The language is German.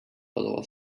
oder